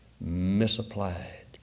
misapplied